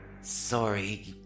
sorry